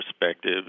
perspective